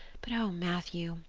but, oh, matthew,